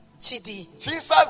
Jesus